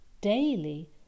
daily